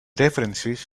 references